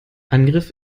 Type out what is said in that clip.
angriff